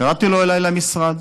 קראתי לו אליי למשרד,